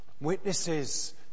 Witnesses